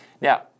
Now